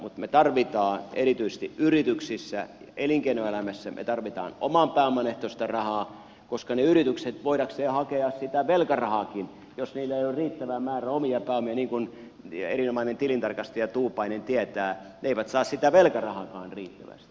mutta me tarvitsemme erityisesti yrityksissä elinkeinoelämässä oman pääoman ehtoista rahaa koska ne yritykset voidakseen hakea sitä velkarahaakin jos niillä ei ole riittävää määrää omia pääomia niin kuin erinomainen tilintarkastaja tuupainen tietää ne eivät saa sitä velkarahaakaan riittävästi